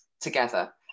together